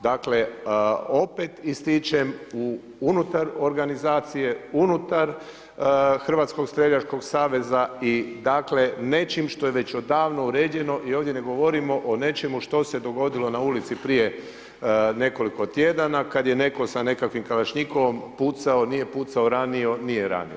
Dakle, opet ističem unutar organizacije, unutar Hrvatskog streljačkog saveza i dakle, nečim što je već odavno uređeno i ovdje ne govorimo o nečemu što se dogodilo na ulici prije nekoliko tjedana kad je netko sa nekakvim kalašnjikovim pucao, nije pucao, ranio, nije ranio.